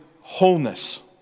wholeness